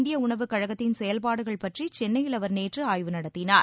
இந்திய உணவுக் கழகத்தின் செயல்பாடுகள் பற்றி சென்னையில் அவர் நேற்று ஆய்வு நடத்தினார்